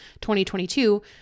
2022